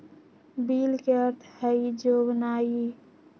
bill के अर्थ हइ जोगनाइ